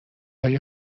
های